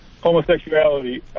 homosexuality